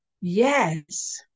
Yes